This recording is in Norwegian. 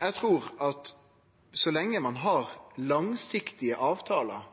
Eg trur at så lenge ein har langsiktige avtalar –